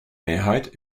mehrheit